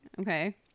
Okay